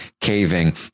caving